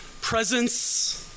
presence